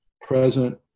present